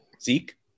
Zeke